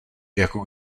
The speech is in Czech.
jako